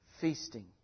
feasting